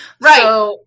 Right